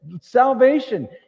salvation